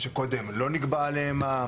שקודם לא נגבה עליהם מע"מ,